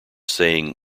saying